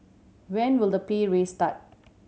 when will the pay raise start